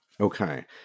Okay